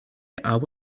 are